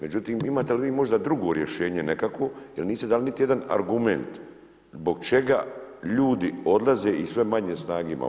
Međutim, imate li vi možda drugo rješenje nekakvo jer niste dali niti jedan argument zbog čega ljudi odlaze i sve manje snage imamo.